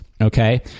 okay